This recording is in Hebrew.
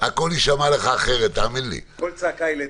אני לא רוצה להגיד אחורה לגבי אולמות אירועים,